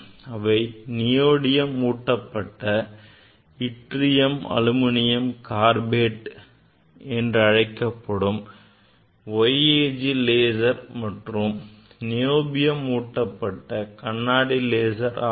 அவை நியோடிமியம் ஊட்டப்பட்ட yttrium aluminium garnet என்றழைக்கப்படும் YAG லேசர் மற்றும் நியோபியம் ஊட்டப்பட்ட கண்ணாடி லேசர் ஆகும்